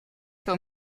veel